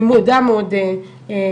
אני מודה מאוד לרם.